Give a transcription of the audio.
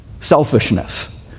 selfishness